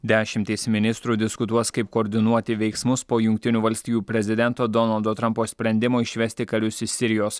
dešimtys ministrų diskutuos kaip koordinuoti veiksmus po jungtinių valstijų prezidento donaldo trampo sprendimo išvesti karius iš sirijos